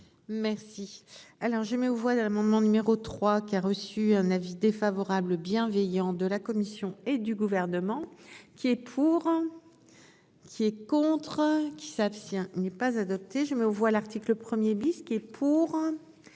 Merci. Alors je mets aux voix de Raymond mon numéro 3 qui a reçu un avis défavorable bienveillant de la Commission et du gouvernement. Qui est pour. Qui est contre qui s'abstient n'est pas adopté, je me vois l'article 1er bisquer pour